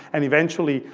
and eventually,